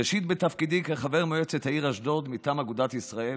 ראשית בתפקידי כחבר מועצת העיר אשדוד מטעם אגודת ישראל,